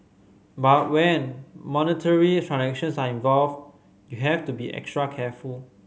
but when monetary transactions are involved you have to be extra careful